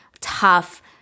tough